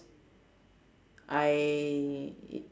I